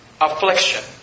affliction